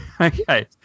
Okay